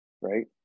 Right